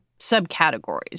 subcategories